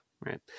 right